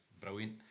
brilliant